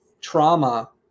trauma